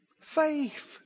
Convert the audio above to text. Faith